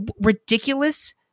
ridiculous